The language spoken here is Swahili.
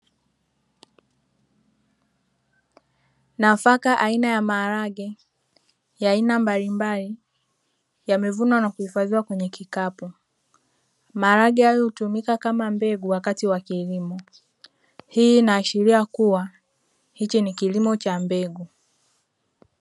Nafaka aina ya maharage ya aina mbalimbali, yamevunwa na kuhifadhiwa kwenye kikapu. Maharage hayo hutumika kama mbegu wakati wa kilimo. Hii inaashiria kuwa, hichi ni kilimo cha mbegu.